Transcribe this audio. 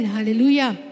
Hallelujah